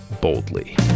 boldly